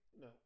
no